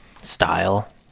style